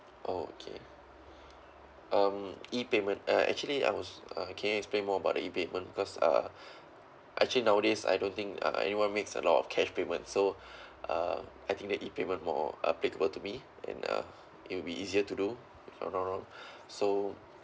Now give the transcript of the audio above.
okay um E payment uh actually I was uh can you explain more about the E payment because uh actually nowadays I don't think uh anyone makes a lot of cash payment so uh I think the E payment more applicable to me and uh it'll be easier to do if I'm not wrong so